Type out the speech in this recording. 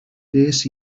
des